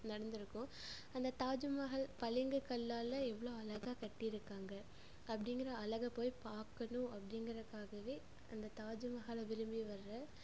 நடந்திருக்கும் அந்த தாஜ்மஹால் பளிங்கு கல்லால எவ்வளோ அழகாக கட்டியிருக்காங்க அப்படிங்குற அழகை போய் பார்க்கணும் அப்படிங்குறக்காகவே அந்த தாஜூமஹாலை விரும்பி வர்ற